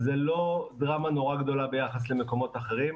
זה לא דרמה נורא גדולה ביחס למקומות אחרים.